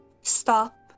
Stop